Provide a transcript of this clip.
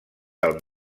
del